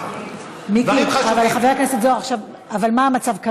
אבל מיקי, חבר הכנסת זוהר, מה המצב כרגע?